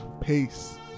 Peace